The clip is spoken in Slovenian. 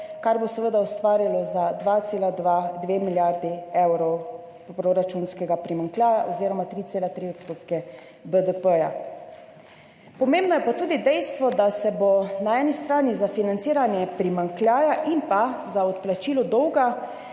kar bo seveda ustvarilo za 2,2 milijardi evrov proračunskega primanjkljaja oziroma 3,3 % BDP. Pomembno je pa tudi dejstvo, da se bo na eni strani za financiranje primanjkljaja in za odplačilo dolga